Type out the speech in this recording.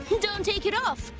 don't take it off.